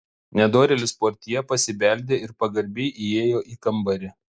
nedorėlis portjė pasibeldė ir pagarbiai įėjo į kambarį